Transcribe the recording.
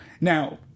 now